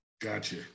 Gotcha